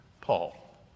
Paul